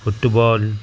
football